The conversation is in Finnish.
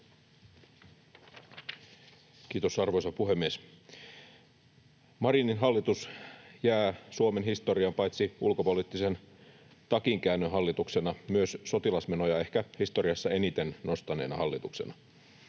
Kiitos, arvoisa puhemies! Marinin hallitus jää Suomen historiaan paitsi ulkopoliittisen takinkäännön hallituksena myös sotilasmenoja ehkä historiassa eniten nostaneena hallituksena.